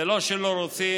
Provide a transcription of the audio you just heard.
זה לא שלא רוצים.